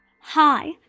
Hi